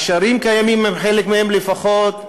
הקשרים קיימים עם חלק מהן לפחות,